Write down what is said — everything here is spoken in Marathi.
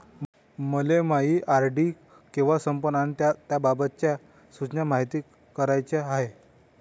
मले मायी आर.डी कवा संपन अन त्याबाबतच्या सूचना मायती कराच्या हाय